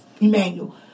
Emmanuel